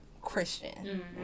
Christian